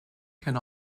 can